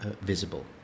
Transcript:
visible